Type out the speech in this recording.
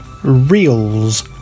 Reels